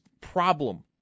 problem